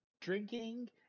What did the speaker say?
drinking